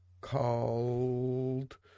called